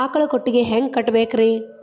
ಆಕಳ ಕೊಟ್ಟಿಗಿ ಹ್ಯಾಂಗ್ ಕಟ್ಟಬೇಕ್ರಿ?